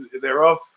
thereof